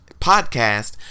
podcast